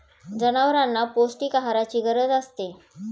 जनावरांना पौष्टिक आहाराची गरज असते